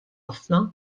ħafna